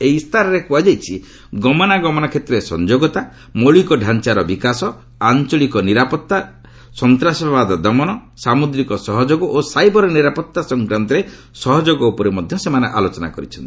ଏହି ଇସ୍ତାହାରରେ କୃହାଯାଇଛି ଗମନାଗମନ କ୍ଷେତ୍ରରେ ସଂଯୋଗତା ମୌଳିକଡାଞ୍ଚାର ବିକାଶ ଆଞ୍ଚଳିକ ନିରାପତ୍ତା ସନ୍ତାସବାଦ ଦମନ ସାମୁଦ୍ରିକ ସହଯୋଗ ଓ ସାଇବର୍ ନିରାପତ୍ତା ସଂକ୍ରାନ୍ତରେ ସହଯୋଗ ଉପରେ ମଧ୍ୟ ସେମାନେ ଆଲୋଚନା କରିଛନ୍ତି